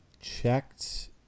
checked